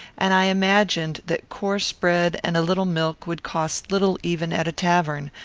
and i imagined that coarse bread and a little milk would cost little even at a tavern,